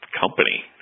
company